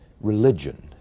Religion